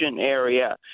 area